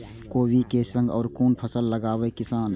कोबी कै संग और कुन फसल लगावे किसान?